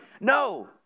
No